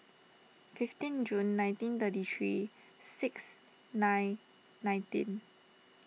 fifteen June nineteen thirty three six nine nineteen